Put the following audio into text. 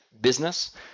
business